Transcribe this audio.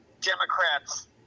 Democrats